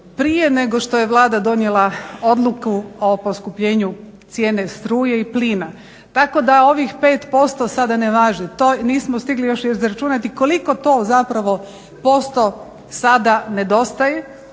prije nego što je Vlada donijela odluku o poskupljenju cijene struje i plina tako da ovih 5% sada ne važi. To nismo stigli još izračunati koliko to zapravo posto sada nedostaje